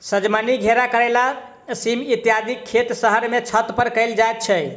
सजमनि, घेरा, करैला, सीम इत्यादिक खेत शहर मे छत पर कयल जाइत छै